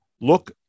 look